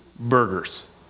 burgers